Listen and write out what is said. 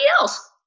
else